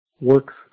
works